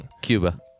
Cuba